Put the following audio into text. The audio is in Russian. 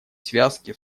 связке